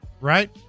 right